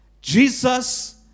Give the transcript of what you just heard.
Jesus